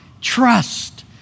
trust